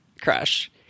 crush